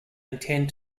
intend